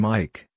Mike